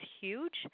huge